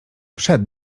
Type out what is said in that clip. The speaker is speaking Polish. przed